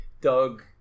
Doug